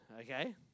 okay